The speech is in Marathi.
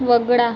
वगळा